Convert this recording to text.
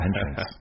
entrance